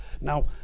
Now